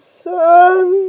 sun